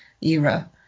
era